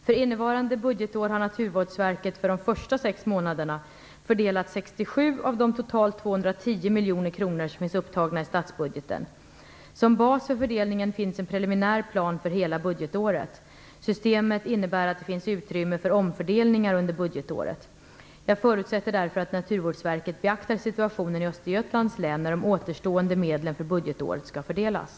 För innevarande budgetår har Naturvårdsverket, för de första sex månaderna, fördelat 67 av de totalt 210 miljoner kronor som finns upptagna i statsbudgeten. Som bas för fördelningen finns en preliminär plan för hela budgetåret. Systemet innebär att det finns utrymme för omfördelningar under budgetåret. Jag förutsätter därför att Naturvårdsverket beaktar situationen i Östergötlands län när de återstående medlen för budgetåret skall fördelas.